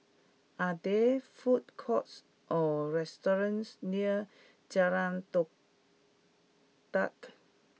are there food courts or restaurants near Jalan Todak